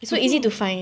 tu semua